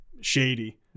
Shady